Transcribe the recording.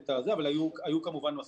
אבל היו מסקנות